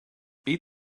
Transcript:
beat